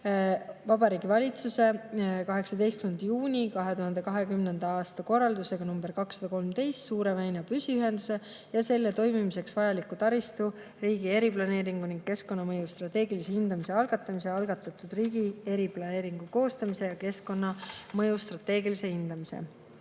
Vabariigi Valitsuse 18. juuni 2020. aasta korraldusega nr 213 "Suure väina püsiühenduse ja selle toimimiseks vajaliku taristu riigi eriplaneeringu ning keskkonnamõju strateegilise hindamise algatamine" algatatud riigi eriplaneeringu koostamise ja keskkonnamõju strateegilise hindamise. Teine